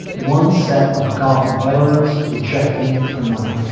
one set of golf veterans injecting another